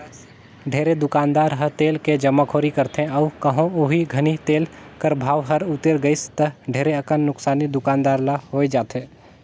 ढेरे दुकानदार ह तेल के जमाखोरी करथे अउ कहों ओही घनी तेल कर भाव हर उतेर गइस ता ढेरे अकन नोसकानी दुकानदार ल होए जाथे